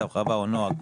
או נוהג.